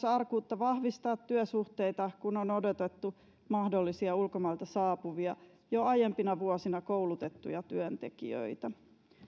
arkuutta vahvistaa työsuhteita kun on odotettu mahdollisia ulkomailta saapuvia jo aiempina vuosina koulutettuja työntekijöitä